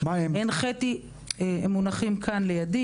שמונחים לפני,